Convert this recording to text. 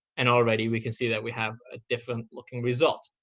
and already we can see that we have a different looking result.